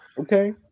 Okay